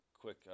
quick